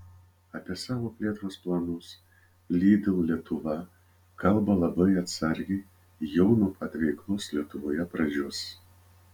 apie savo plėtros planus lidl lietuva kalba labai atsargiai jau nuo pat veiklos lietuvoje pradžios